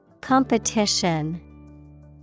Competition